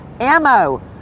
ammo